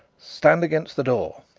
stand against the door.